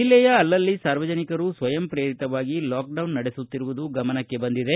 ಜಿಲ್ಲೆಯ ಅಲ್ಲಲ್ಲಿ ಸಾರ್ವಜನಿಕರು ಸ್ವಯಂ ಪ್ರೇರಿತವಾಗಿ ಲಾಕ್ಡೌನ್ ನಡೆಸುತ್ತಿರುವುದು ಗಮನಕ್ಕೆ ಬಂದಿದೆ